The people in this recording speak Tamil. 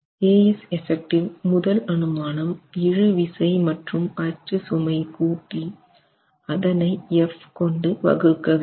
eff முதல் அனுமானம் இழுவிசை மற்றும் அச்சு சுமை கூட்டி அதனை F கொண்டு வகுக்க வேண்டும்